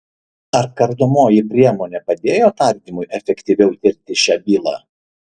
ar kardomoji priemonė padėjo tardymui efektyviau tirti šią bylą